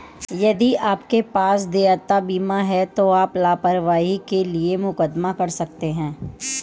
यदि आपके पास देयता बीमा है तो आप लापरवाही के लिए मुकदमा कर सकते हैं